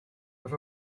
with